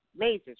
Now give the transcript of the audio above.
lasers